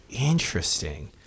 Interesting